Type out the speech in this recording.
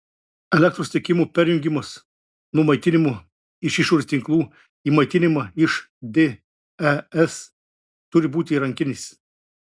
elektros tiekimo perjungimas nuo maitinimo iš išorės tinklų į maitinimą iš des turi būti rankinis